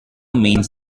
means